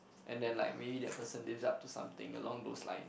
and then like really that person lives up to something along those line